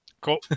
Cool